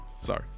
sorry